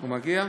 הוא מגיע?